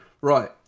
Right